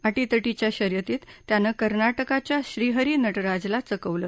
अटीतटीच्या शर्यतीत त्यानं कर्नाटकच्या श्रीहरी नटराजला चकवलं